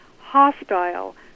hostile